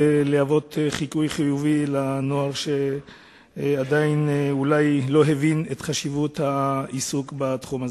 חיקוי חיובי לנוער שאולי עדיין לא הבין את חשיבות העיסוק בתחום הזה.